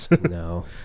No